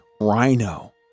rhino